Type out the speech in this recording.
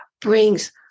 brings